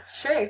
sure